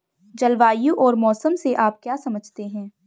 जलवायु और मौसम से आप क्या समझते हैं?